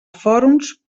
fòrums